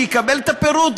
שיקבל את הפירוט,